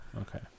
Okay